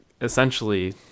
essentially